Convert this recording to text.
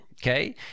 Okay